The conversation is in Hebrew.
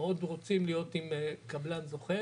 מאוד רוצים להיות עם קבלן זוכה